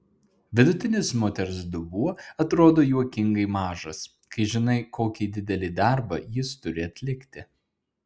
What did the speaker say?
vidutinis moters dubuo atrodo juokingai mažas kai žinai kokį didelį darbą jis turi atlikti